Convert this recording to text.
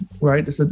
right